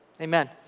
Amen